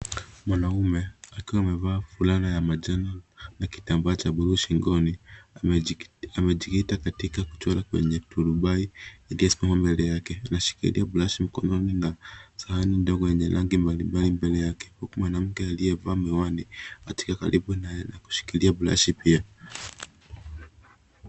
Mwanaume akiwa amevaa fulana ya manjano na kitambaa cha blue shingoni, amejikita katika kuchora kwenye turubai iliyosimama mbele yake . Anashikila brashi mkononi na sahani ndogo yenye rangi mbala mbali, mbele yake, huku mwanamka aliye vaa miwani, akiketi karibu naye akishikila brashi pia.